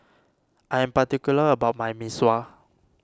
I am particular about my Mee Sua